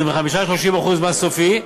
20% 30% מס סופי,